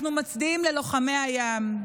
אנחנו מצדיעים ללוחמי הים.